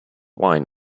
wine